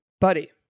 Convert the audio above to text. Buddy